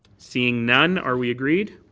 seeing none, are we agreed?